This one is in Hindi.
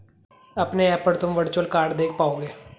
अपने ऐप पर तुम वर्चुअल कार्ड देख पाओगे